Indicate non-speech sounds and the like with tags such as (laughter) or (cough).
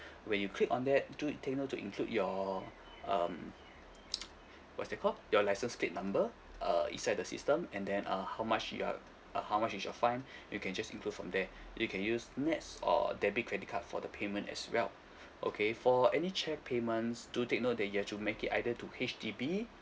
(breath) when you click on that do it take note to include your (breath) um (noise) what is that called your licence plate number uh inside the system and then uh how much you are uh how much is your fine (breath) and you can just include from there (breath) you can use NETS or debit credit card for the payment as well (breath) okay for any cheque payments do take note that you have to make it either to H_D_B